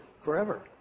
forever